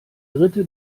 dritte